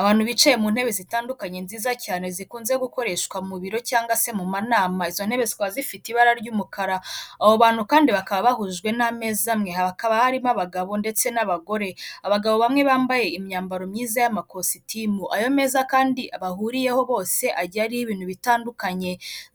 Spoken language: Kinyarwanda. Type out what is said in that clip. Abantu bicaye mu ntebe zitandukanye nziza cyane zikunze gukoreshwa mu biro cyangwa se mu manama izo ntebe ziba zifite ibara ry'umukara abo bantu kandi bakaba bahujwe n'ameza amwe, hakaba harimo abagabo ndetse n'abagore abagabo bamwe bambaye imyambaro myiza y'amakositimu, ayo meza kandi bahuriyeho bose ajyiye ariho ibintu bitandukanye